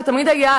ותמיד היה,